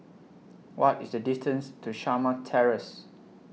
What IS The distance to Shamah Terrace